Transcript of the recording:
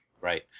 Right